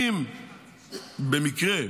אם במקרה,